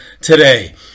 today